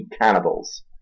cannibals